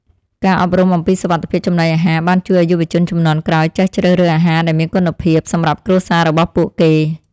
ការអប់រំអំពីសុវត្ថិភាពចំណីអាហារបានជួយឱ្យយុវជនជំនាន់ក្រោយចេះជ្រើសរើសអាហារដែលមានគុណភាពសម្រាប់គ្រួសាររបស់ពួកគេ។